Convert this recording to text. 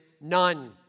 none